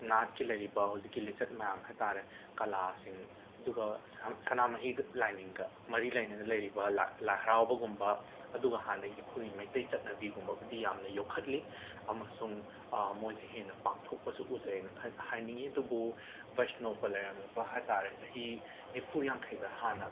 ꯅꯥꯠꯀꯤ ꯂꯩꯔꯤꯕ ꯍꯧꯖꯤꯛꯀꯤ ꯂꯤꯆꯠ ꯃꯌꯥꯝ ꯍꯥꯏꯇꯥꯔꯦ ꯀꯂꯥꯁꯤꯡ ꯑꯗꯨꯒ ꯁꯅꯥꯃꯍꯤꯒ ꯂꯥꯏꯅꯤꯡꯒ ꯃꯔꯤ ꯂꯩꯅꯅ ꯂꯩꯔꯤꯕ ꯂꯥ ꯂꯥꯏ ꯍꯔꯥꯎꯕꯒꯨꯝꯕ ꯑꯗꯨꯒ ꯍꯥꯟꯅꯒꯤ ꯃꯩꯇꯩ ꯆꯠꯅꯕꯤꯒꯨꯝꯕꯕꯨꯗꯤ ꯌꯥꯝꯅ ꯌꯣꯛꯈꯠꯂꯤ ꯑꯃꯁꯨꯡ ꯃꯣꯏꯁꯦ ꯍꯦꯟꯅ ꯄꯥꯡꯊꯣꯛꯄꯁꯨ ꯎꯖꯩꯌꯦꯅ ꯈꯜ ꯍꯥꯏꯅꯤꯡꯏ ꯑꯗꯨꯕꯨ ꯕꯩꯁꯅꯣꯞꯀ ꯂꯩꯔꯝꯃꯤꯕ ꯍꯥꯏꯕ ꯇꯥꯔꯦ ꯆꯍꯤ ꯅꯤꯐꯨ ꯌꯥꯡꯈꯩꯗ ꯍꯥꯟꯅ